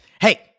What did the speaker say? Hey